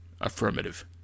Affirmative